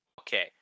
okay